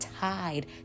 tied